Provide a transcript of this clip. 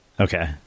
Okay